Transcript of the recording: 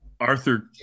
arthur